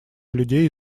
людей